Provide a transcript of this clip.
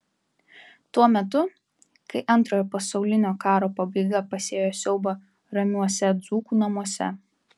tuo metu kai antrojo pasaulinio karo pabaiga pasėjo siaubą ramiuose dzūkų namuose